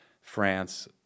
France